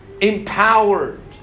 empowered